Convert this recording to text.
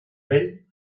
vell